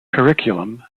curriculum